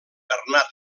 bernat